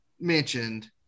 mentioned